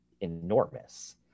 enormous